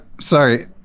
sorry